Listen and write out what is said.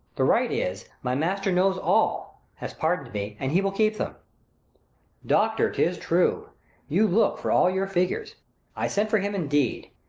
the right is, my master knows all, has pardon'd me, and he will keep them doctor, tis true you look for all your figures i sent for him, indeed.